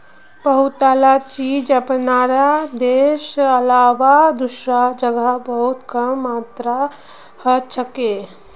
बहुतला चीज अपनार देशेर अलावा दूसरा जगह बहुत कम मात्रात हछेक